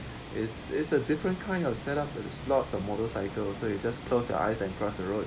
is is a different kind of set up and there's lots of motorcycle also you just close your eyes and cross the road